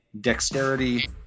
dexterity